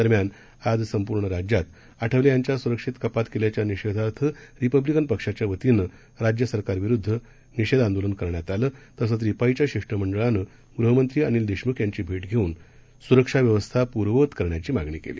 दरम्यान आजसंपूर्णराज्यातआठवलेयांच्यासुरक्षेतकपातकेल्याच्यानिषेधार्थरिपब्लिकनपक्षाच्याव तीनेराज्यसरकारविरुद्धनिषेधआंदोलनकरण्यातआलंतसंचरिपा ज्याशिष्टमंडळानंगृहमं त्रीअनिलदेशमुखयांचीभेटघेऊनसुरक्षाव्यवस्थापूर्ववतकरण्याचीमागणीकेली